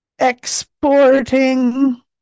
Exporting